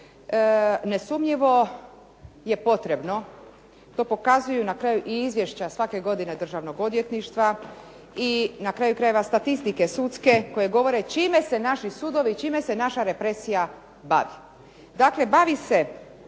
nesumnjivo je potrebno to pokazuju na kraju i izvješća svake godine Državnog odvjetništva, i na kraju krajeva statistike sudske koje govore čime se naši sudovi, čime se naša represija bavi.